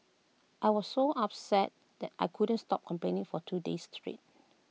I was so upset that I couldn't stop complaining for two days straight